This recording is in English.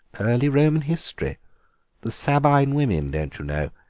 early roman history the sabine women, don't you know?